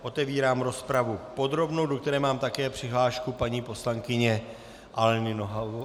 Otevírám rozpravu podrobnou, do které mám také přihlášku paní poslankyně Aleny Nohavové.